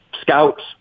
scouts